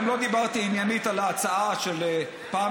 גם לא דיברתי עניינית על ההצעה שפעם